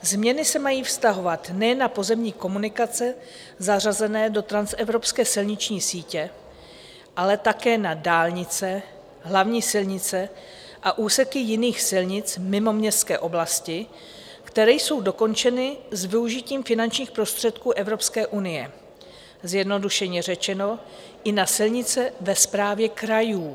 Změny se mají vztahovat nejen na pozemní komunikace zařazené do transevropské silniční sítě, ale také na dálnice, hlavní silnice a úseky jiných silnic mimo městské oblasti, které jsou dokončeny s využitím finančních prostředků Evropské unie, zjednodušeně řečeno, i na silnice ve správě krajů.